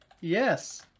Yes